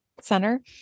center